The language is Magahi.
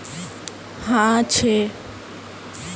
मुई अपना उच्च शिक्षार तने छात्र ऋण लुबार पत्र छि कि?